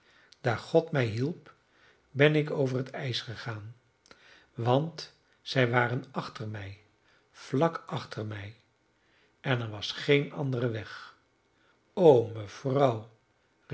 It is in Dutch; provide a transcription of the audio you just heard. daar god mij hielp ben ik over het ijs gegaan want zij waren achter mij vlak achter mij en er was geen andere weg o